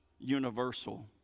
universal